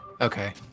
Okay